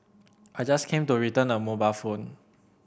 I just came to return a mobile phone